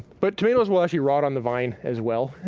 but tomatoes will actually rot on the vine as well.